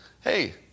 Hey